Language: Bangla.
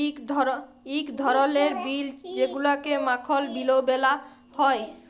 ইক ধরলের বিল যেগুলাকে মাখল বিলও ব্যলা হ্যয়